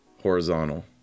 horizontal